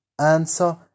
answer